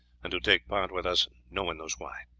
and who take part with us no one knows why.